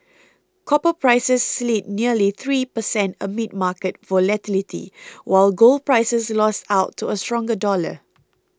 copper prices slid nearly three per cent amid market volatility while gold prices lost out to a stronger dollar